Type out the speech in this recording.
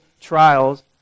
trials